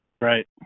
Right